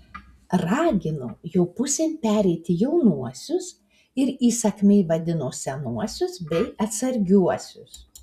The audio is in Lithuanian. ragino jo pusėn pereiti jaunuosius ir įsakmiai vadino senuosius bei atsargiuosius